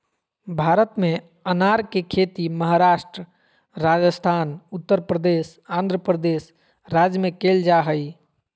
भारत में अनार के खेती महाराष्ट्र, राजस्थान, उत्तरप्रदेश, आंध्रप्रदेश राज्य में कैल जा हई